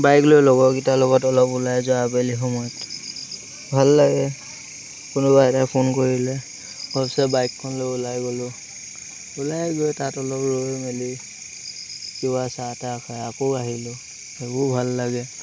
bike লৈ লগৰকেইটাৰ লগত অলপ ওলাই যোৱা আবেলি সময়ত ভাল লাগে কোনোবা এটাই ফোন কৰিলে ঘপচে বাইকখন লৈ ওলাই গ'লোঁ ওলাই গৈ তাত অলপ ৰৈ মেলি কিবা চাহ তাহ খাই আকৌ আহিলোঁ সেইবোৰো ভাল লাগে